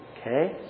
Okay